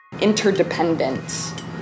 interdependent